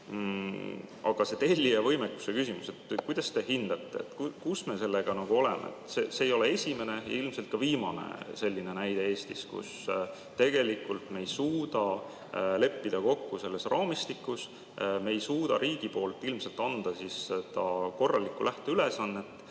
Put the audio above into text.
Aga see tellija võimekuse küsimus. Kuidas te hindate, kus me sellega oleme? See ei ole esimene ega ilmselt ka viimane selline näide Eestis, kui me ei suuda leppida kokku selles raamistikus, me ei suuda riigi poolt ilmselt anda korralikku lähteülesannet,